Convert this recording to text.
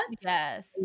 Yes